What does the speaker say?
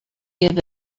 gave